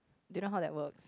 do you know how that work